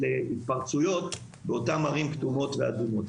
התפרצויות באותן ערים כתומות ואדומות.